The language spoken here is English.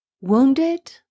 wounded